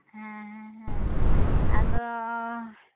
ᱦᱮᱸ ᱦᱮᱸ ᱦᱮᱸ ᱟᱫᱚ